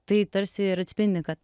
tai tarsi ir atspindi kad